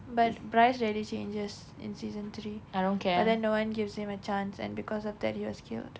but bryce really changes in season three but then no one gives him a chance and because of that he was killed